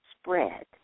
spread